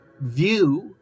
view